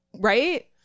right